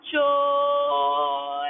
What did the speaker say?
joy